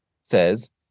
says